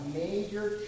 major